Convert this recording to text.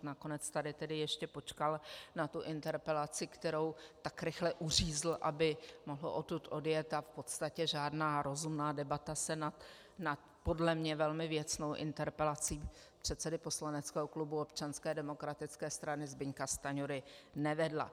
Nakonec tady tedy ještě počkal na interpelaci, kterou tak rychle uřízl, aby mohl odtud odjet, a v podstatě žádná rozumná debata se nad podle mě velmi věcnou interpelací předsedy poslaneckého klubu Občanské demokratické strany Zbyňka Stanjury nevedla.